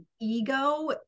ego